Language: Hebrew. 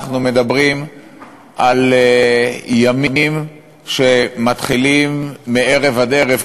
אנחנו מדברים על ימים שמתחילים מערב עד ערב,